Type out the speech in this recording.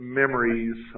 memories